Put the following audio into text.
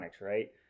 right